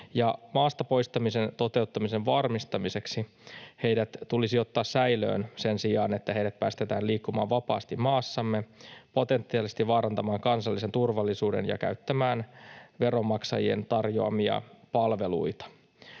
maasta poistamisen toteuttamisen varmistamiseksi heidät tulisi ottaa säilöön sen sijaan, että heidät päästetään liikkumaan vapaasti maassamme, potentiaalisesti vaarantamaan kansallisen turvallisuuden ja käyttämään veronmaksajien tarjoamia palveluita.